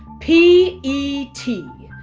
p e t,